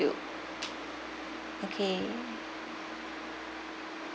okay